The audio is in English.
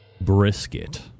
brisket